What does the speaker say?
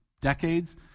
decades